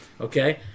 okay